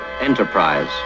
Enterprise